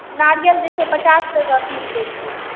नारियर जे छै पचास टका पीस दै छियै